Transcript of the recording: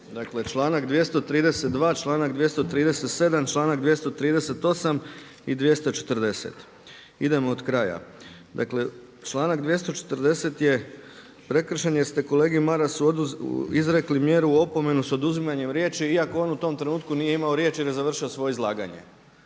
Dakle članak 232., članak 237., članak 238. i 240. Idemo od kraja. Dakle članak 240. je prekršen jer ste kolegi Marasu izrekli mjeru opomenu s oduzimanjem riječi iako on u tom trenutku nije imao riječ jer je završio svoje izlaganje.